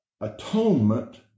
atonement